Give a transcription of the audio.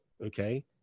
Okay